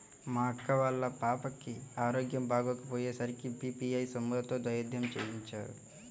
మా అక్క వాళ్ళ పాపకి ఆరోగ్యం బాగోకపొయ్యే సరికి పీ.పీ.ఐ సొమ్ములతోనే వైద్యం చేయించారు